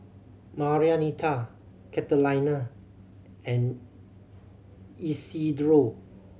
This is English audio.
Marianita Catalina and Isidro